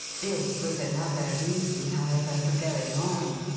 this was another reason, however, for going on.